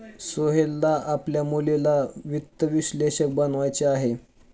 सोहेलला आपल्या मुलीला वित्त विश्लेषक बनवायचे आहे